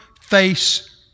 face